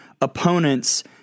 opponents